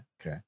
okay